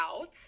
out